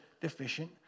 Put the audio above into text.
deficient